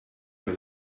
for